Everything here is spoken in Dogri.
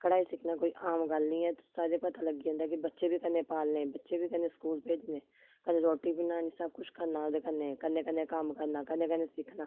कढाई सिक्खना कोई आम गल्ल निं ऐ ते सारें गी पता लग्गी जंदा कि बच्चे बी कन्नै पालने बच्चे बी कन्नै स्कूल भेजने कन्नै रोटी बनानी सब कुछ करना ओह्दे कन्नै कन्नै कन्नै कम्म करना कन्नै कन्नै सिक्खना